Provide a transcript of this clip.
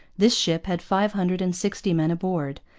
this ship had five hundred and sixty men aboard,